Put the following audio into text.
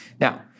Now